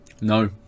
No